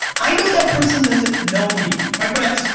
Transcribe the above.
i know that person doesn't know me. my friends,